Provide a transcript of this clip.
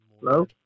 hello